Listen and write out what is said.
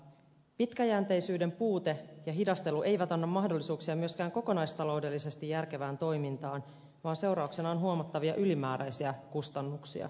pitkäjänteisyyden puute ja hidastelu eivät anna mahdollisuuksia myöskään kokonaistaloudellisesti järkevään toimintaan vaan seurauksena on huomattavia ylimääräisiä kustannuksia